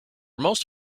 most